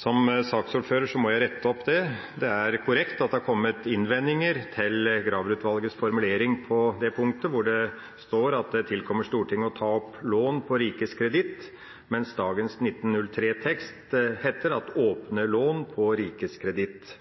Som saksordfører må jeg rette opp det: Det er korrekt at det er kommet innvendinger til Graver-utvalgets formulering på det punktet, hvor det står at det tilkommer Stortinget «å ta opp lån på rikets kreditt», mens det i dagens 1903-tekst heter «at aabne Laan paa Rigets Kredit».